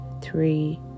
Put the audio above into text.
three